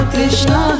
Krishna